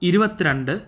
ഇരുപത്തിരണ്ട്